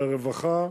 לרווחה,